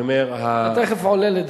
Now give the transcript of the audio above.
אתה תיכף עולה לדבר.